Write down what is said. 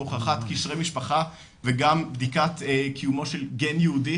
להוכחת קישרי משפחה וגם בדיקת קיומו של גן יהודי,